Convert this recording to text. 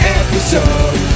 episode